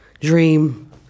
dream –